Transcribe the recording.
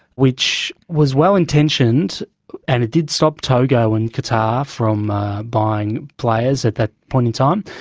which was well intentioned and it did stop togo and qatar from buying players at that point in time,